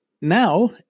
now